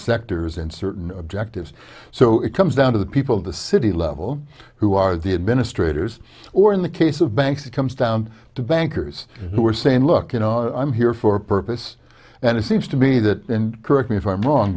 sectors and certain objectives so it comes down to the people in the city level who are the administrators or in the case of banks it comes down to bankers who are saying look you know i'm here for a purpose and it seems to me that and correct me if i'm wrong